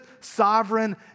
sovereign